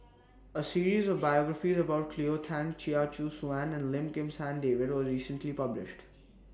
A series of biographies about Cleo Thang Chia Choo Suan and Lim Kim San David was recently published